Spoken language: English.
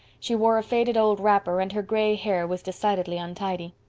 she wore a faded old wrapper, and her gray hair was decidedly untidy.